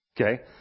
okay